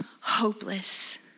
hopeless